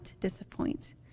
disappoint